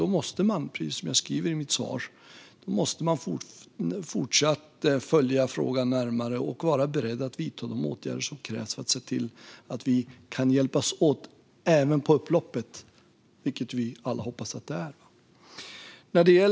Då måste man, precis som jag sa i mitt interpellationssvar, fortsatt följa frågan närmare och vara beredd att vidta de åtgärder som krävs för att se till att vi kan hjälpas åt även på upploppet, vilket vi alla hoppas att det är.